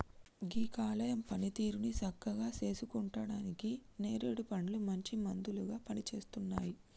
గీ కాలేయం పనితీరుని సక్కగా సేసుకుంటానికి నేరేడు పండ్లు మంచి మందులాగా పనిసేస్తున్నాయి